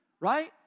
right